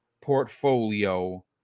portfolio